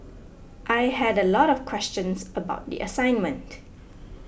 I had a lot of questions about the assignment